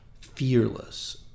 fearless